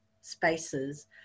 spaces